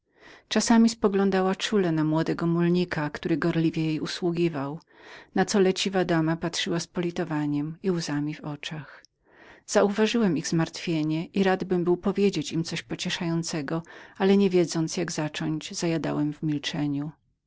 czasami spoglądała czule na młodego mulnika który gorliwie jej usługiwał na co podeszła dama patrzyła z politowaniem i łzami w oczach uważałem dobrze ich zmartwienie i radbym był powiedzieć im coś pocieszającego ale niewiedząc jak zacząć zajadałem w milczeniu